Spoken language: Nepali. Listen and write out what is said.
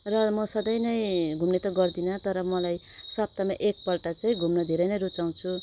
र म सधैँ नै घुम्ने त गर्दिन तर मलाई सप्ताहमा एकपल्ट चाहिँ घुम्न धेरै नै रुचाउँछु